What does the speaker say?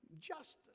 justice